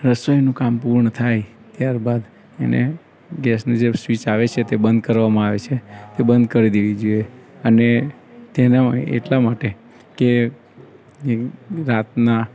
રસોઈનું કામ પૂર્ણ થાય ત્યારબાદ એને ગેસને જે સ્વિચ આવે છે તે બંદ કરવામાં આવે છે તે બંધ કરી દેવી જોઈએ અને તેના એટલા માટે કે એ રાતના